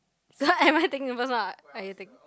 so am I taking the first one are you taking